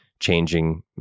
changing